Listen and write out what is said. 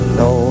no